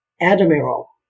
admiral